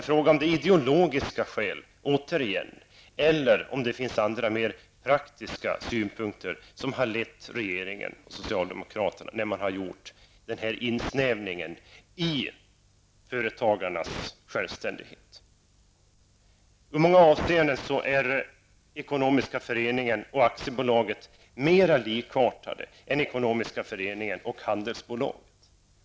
Är det ideologiska skäl som ligger bakom eller är det mera praktiska synpunkter som har väglett regeringen och socialdemokraterna när man har gjort denna begränsning i företagarnas självständighet? I många avseenden är ekonomiska föreningar och aktiebolag mera lika varandra än ekonomiska föreningar och handelsbolag.